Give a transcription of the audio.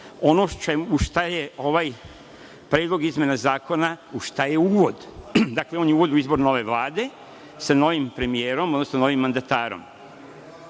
ono u šta je ovaj Predlog izmena zakona uvod. Dakle, on je uvod u izbor nove Vlade sa novim premijerom, odnosno novim mandatarom.